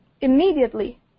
immediately